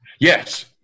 Yes